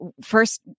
first